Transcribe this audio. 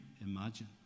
imagine